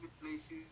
places